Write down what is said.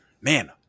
Man